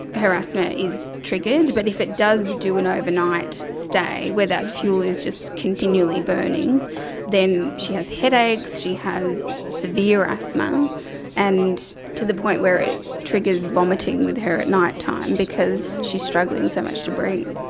her asthma is triggered but if it does do an overnight stay where that fuel is just continually burning then she has headaches, she has severe asthma and to the point where it triggers vomiting with her at night time because she's struggling so much to breathe.